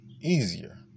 easier